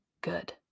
good